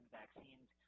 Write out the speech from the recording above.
vaccines